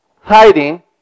hiding